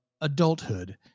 adulthood